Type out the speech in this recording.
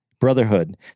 brotherhood